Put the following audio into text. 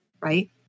Right